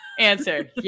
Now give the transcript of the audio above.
Answer